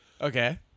Okay